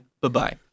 Bye-bye